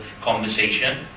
conversation